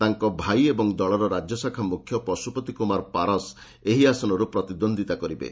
ତାଙ୍କ ଭାଇ ଏବଂ ଦଳର ରାଜ୍ୟଶାଖା ମୁଖ୍ୟ ପଶୁପତି କୁମାର ପାରସ ଏହି ଆସନରୁ ପ୍ରତିଦ୍ୱନ୍ଦ୍ୱିତା କରିବେ